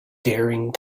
daring